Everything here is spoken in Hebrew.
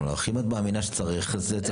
אם את מאמינה שצריך, צריך.